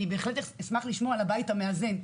אני בהחלט אשמח לשמוע על הבית המאזן,